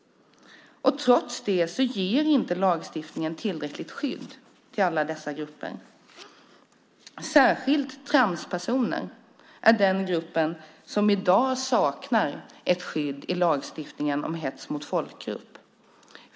Trots det ger inte lagstiftningen tillräckligt skydd till alla dessa grupper. Särskilt transpersoner är en grupp som i dag saknar skydd i lagstiftningen om hets mot folkgrupp.